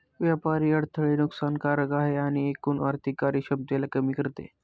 व्यापारी अडथळे नुकसान कारक आहे आणि एकूण आर्थिक कार्यक्षमतेला कमी करते